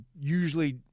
usually